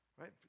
right